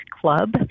Club